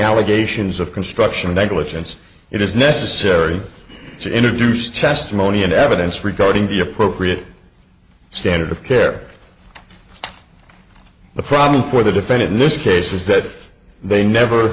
allegations of construction of negligence it is necessary to introduce testimony and evidence regarding the appropriate standard of care the problem for the defendant in this case is that they never